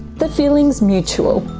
the feeling's mutual.